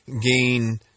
gain